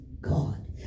God